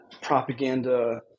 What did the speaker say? propaganda